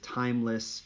timeless